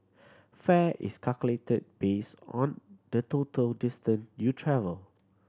fare is calculated based on total distance you travel